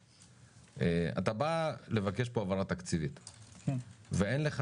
אתה בא לבקש פה העברה תקציבית ואין לך